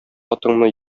атыңны